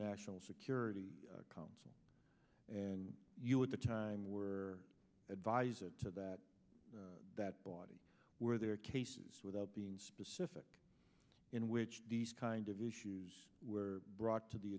national security council and you at the time were advised to that that body where there are cases without being specific in which kind of issues were brought to the